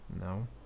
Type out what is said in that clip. No